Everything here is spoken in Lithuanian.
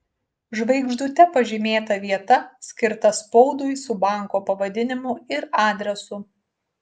žvaigždute pažymėta vieta skirta spaudui su banko pavadinimu ir adresu